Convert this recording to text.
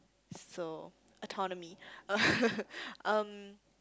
so autonomy um